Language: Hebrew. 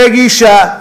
רגישה,